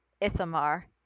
Ithamar